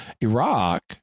Iraq